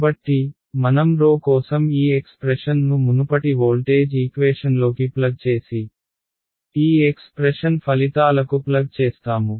కాబట్టి మనం కోసం ఈ ఎక్స్ప్రెషన్ను మునుపటి వోల్టేజ్ ఈక్వేషన్లోకి ప్లగ్ చేసి ఈ ఎక్స్ప్రెషన్ ఫలితాలకు ప్లగ్ చేస్తాము